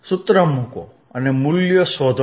સૂત્ર મૂકો અને મૂલ્યો શોધો